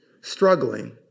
struggling